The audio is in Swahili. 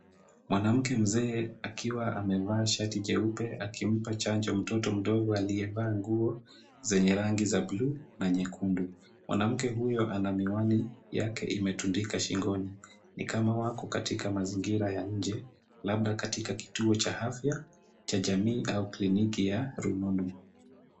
Mwanamke mzee akiwa amevaa shati jeupe akimpa chanjo mtoto mdogo aliyevaa nguo zenye rangi za buluu na nyekundu. Mwanamke huyo ana miwani yake imetundika shingoni ni kama wako katika mazingira ya nje, labda katika kituo cha afya cha jamii au kliniki ya rununu.